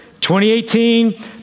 2018